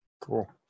Cool